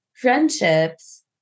friendships